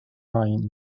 main